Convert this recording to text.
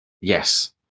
Yes